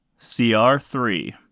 CR3